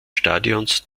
stadions